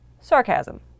sarcasm